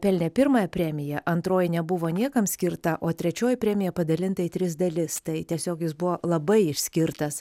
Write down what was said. pelnė pirmąją premiją antroji nebuvo niekam skirta o trečioji premija padalinta į tris dalis tai tiesiog jis buvo labai išskirtas